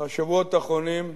בשבועות האחרונים,